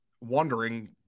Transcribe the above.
wondering